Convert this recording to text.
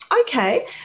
Okay